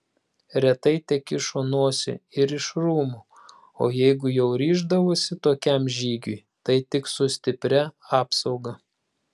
retai tekišo nosį ir iš rūmų o jeigu jau ryždavosi tokiam žygiui tai tik su stipria apsauga